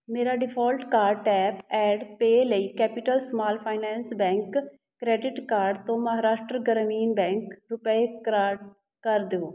ਮੇਰਾ default card tap and pay ਲਈ Capital Small Finance Bank credit card ਤੋਂ Maharashtra Gramin Bank RuPay card ਕਰ ਦੇਵੋ